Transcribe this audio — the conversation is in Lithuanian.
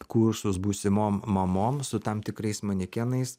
kursus būsimom mamom su tam tikrais manekenais